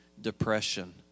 depression